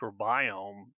microbiome